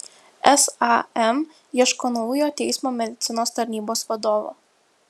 sam ieško naujo teismo medicinos tarnybos vadovo